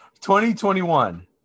2021